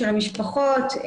של המשפחות.